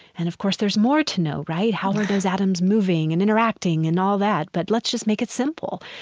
and, of course, there's more to know, right? how are those atoms moving and interacting and all that? but let's just make it simple.